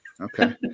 Okay